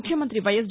ముఖ్యమంతి వైఎస్